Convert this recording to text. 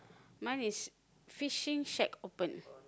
mine is fishing shack open